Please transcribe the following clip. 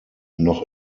noch